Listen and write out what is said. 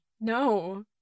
No